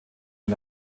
den